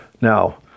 Now